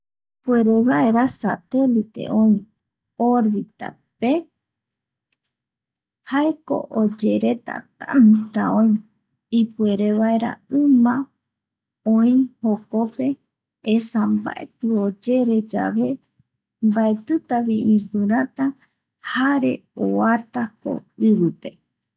Ipuere vaera satelite oi orbitape jaeko oyereta tanta oi ipuere vaera ima oi jokope esa tanta oyere yave mbaetitavi ipirata jare oatako ivipe.